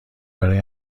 برای